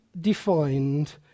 defined